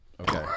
okay